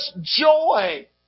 joy